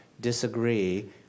disagree